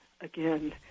again